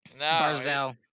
Barzell